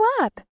up